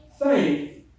faith